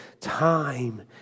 time